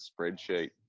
spreadsheet